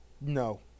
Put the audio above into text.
No